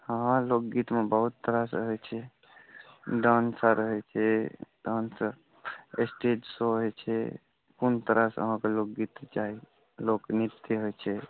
हँ लोकगीतमे बहुत तरहसँ होइत छै डांस आओर होइत छै तहनसँ स्टेज शो होइत छै कोन तरहके अहाँकेँ लोकगीत चाही लोकनृत्य होइत छै